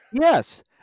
Yes